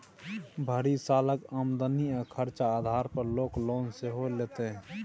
भरि सालक आमदनी आ खरचा आधार पर लोक लोन सेहो लैतै